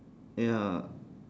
ya